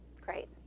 Great